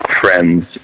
friends